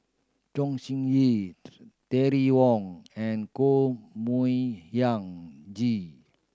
Chong Siew Ying Terry Wong and Koh Mui Hiang